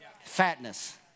Fatness